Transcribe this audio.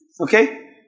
Okay